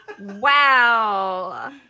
Wow